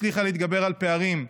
שהצליחה להתגבר על פערים,